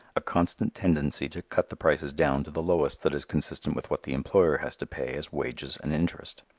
a constant tendency to cut the prices down to the lowest that is consistent with what the employer has to pay as wages and interest.